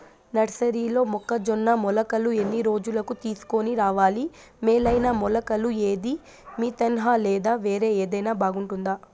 నర్సరీలో మొక్కజొన్న మొలకలు ఎన్ని రోజులకు తీసుకొని రావాలి మేలైన మొలకలు ఏదీ? మితంహ లేదా వేరే ఏదైనా బాగుంటుందా?